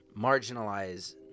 marginalize